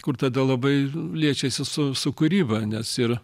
kur tada labai liečiasi su su kūryba nes ir